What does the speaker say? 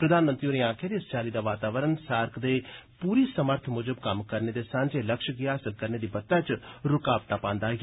प्रधानमंत्री होरें आक्खेआ जे इस चाल्ली दा वातावरण सार्क दे पूरी समर्थ मुजब कम्म करने दे सांझे लक्ष्य गी हासल करने दी बत्ता च रूकावटां पांदा ऐ